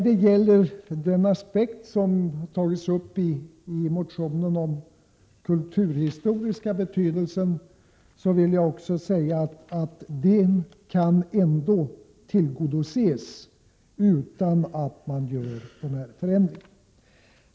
Den kulturhistoriska aspekt som har tagits upp i motionen kan tillgodoses utan att man gör den här förändringen.